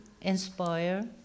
inspire